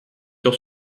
sur